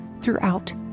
throughout